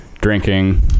drinking